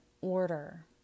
order